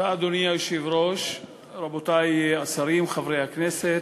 אדוני היושב-ראש, תודה, רבותי השרים, חברי הכנסת,